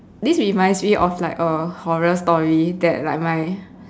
this reminds me of like a horror story that like my